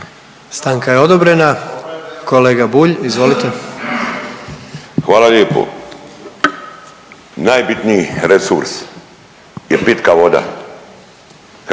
Stanka je odobrena. Kolega Bulj izvolite. **Bulj, Miro (MOST)** Hvala lijepo. Najbitniji resurs je pitka voda.